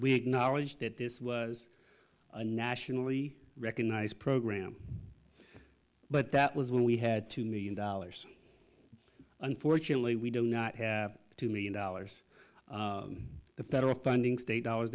we acknowledge that this was a nationally recognized program but that was when we had two million dollars unfortunately we do not have two million dollars the federal funding state dollars